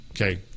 okay